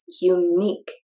unique